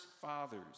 fathers